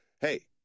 hey